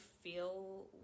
feel